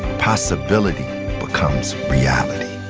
possibility becomes reality.